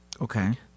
Okay